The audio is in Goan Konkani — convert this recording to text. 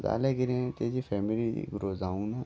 जाल्यार कितें तेजी फॅमिली गुरो जावं ना